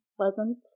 pleasant